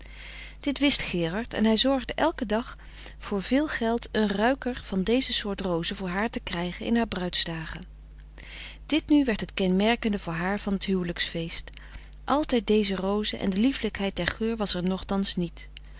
dit wist gerard en hij zorgde elken dag voor veel geld een ruiker van deze soort rozen voor haar te krijgen in haar bruidsdagen dit nu werd het kenmerkende voor haar van t huwelijksfeest altijd deze rozen en frederik van eeden van de koele meren des doods de lieflijkheid der geur was er nogtans niet